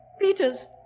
Peters